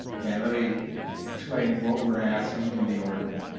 and let me explain what we are asking in the ordinance,